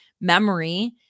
memory